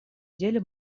деле